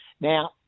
Now